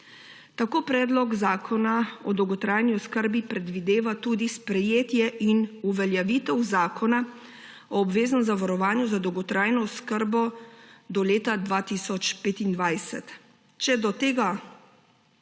Tako Predlog zakona o dolgotrajni oskrbi predvideva tudi sprejetje in uveljavitev zakona o obveznem zavarovanju za dolgotrajno oskrbo do leta 2025.